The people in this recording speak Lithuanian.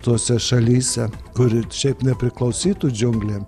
tose šalyse kuri šiaip nepriklausytų džiunglėm